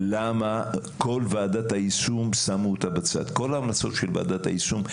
למה שמו בצד את כל ההמלצות של ועדת היישום?